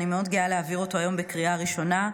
ואני מאוד גאה להעביר אותו היום בקריאה ראשונה,